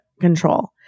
control